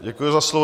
Děkuji za slovo.